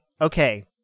Okay